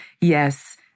Yes